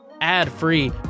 ad-free